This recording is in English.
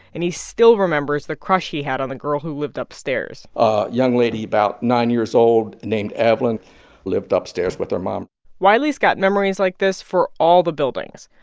and he still remembers the crush he had on the girl who lived upstairs a young lady about nine years old named evelyn lived upstairs with her mom wiley's got memories like this for all the buildings.